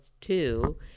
two